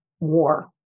war